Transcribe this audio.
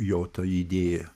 jo ta idėja